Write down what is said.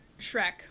Shrek